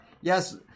Yes